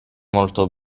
molto